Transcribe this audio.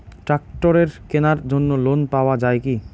ট্রাক্টরের কেনার জন্য লোন পাওয়া যায় কি?